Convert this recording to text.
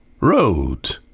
road